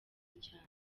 cyane